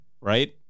right